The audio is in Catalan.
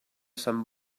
sant